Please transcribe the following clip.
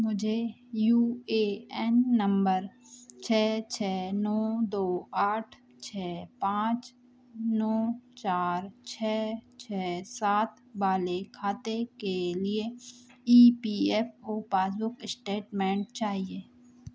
मुझे U A N number छः छः नौ दो आठ छः पाँच नौ चार छः छः सात वाले खाते के लिए E S I C passbook statement चाहिए